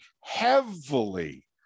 heavily